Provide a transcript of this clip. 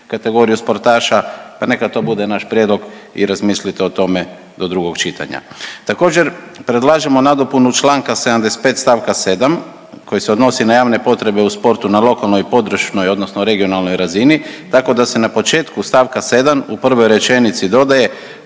kategoriju sportaša pa neka to bude naš prijedlog i razmislite o tome do drugog čitanja. Također predlažemo nadopunu čl. 75. st. 7. koji se odnosi na javne potrebe u sportu na lokalnoj i područnoj odnosno regionalnoj razini tako da se na početku st. 7. u prvoj rečenici dodaje